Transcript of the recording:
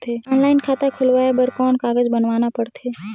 Online खाता खुलवाय बर कौन कागज बनवाना पड़थे?